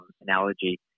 analogy